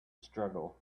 struggle